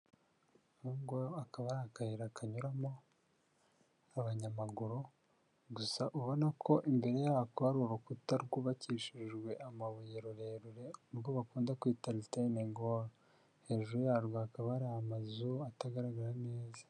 Ahangaha akaba ari akayira kanyuramo abanyamaguru gusa ubona ko iyo nyubako hari urukuta rwubakishijwe amabuye rurerure, urwo bakunda kwita Ritenegoro, hejuru yarwo hakaba ari amazu atagaragara neza